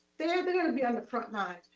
they're they're gonna be on the front lines.